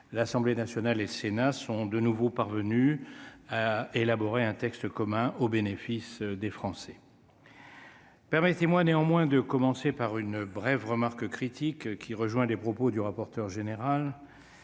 l'Assemblée nationale et le Sénat sont de nouveau parvenus à élaborer un texte commun au bénéfice des Français. Permettez-moi, néanmoins, de commencer par une brève remarque critique, qui rejoint les propos du rapporteur général.